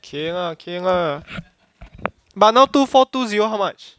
okay lah okay lah but now two four two zero how much